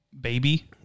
baby